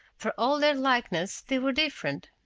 for all their likeness, they were different.